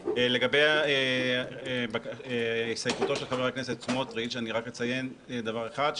לגבי הסתייגותו של חבר הכנסת סמוטריץ' אני רק אציין דבר אחד.